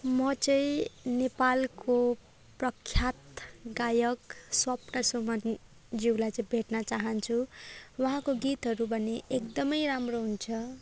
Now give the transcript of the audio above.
म चाहिँ नेपालको प्रख्यात गायक स्वप्न सुमनज्यूलाई चाहिँ भेट्न चाहन्छु उहाँको गीतहरू भने एकदमै राम्रो हुन्छ